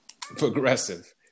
progressive